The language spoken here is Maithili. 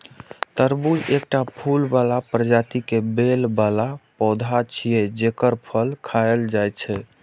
तरबूज एकटा फूल बला प्रजाति के बेल बला पौधा छियै, जेकर फल खायल जाइ छै